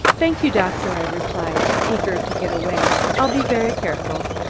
thank you, doctor, i replied, eager to get away, i'll be very careful.